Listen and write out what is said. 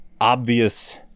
obvious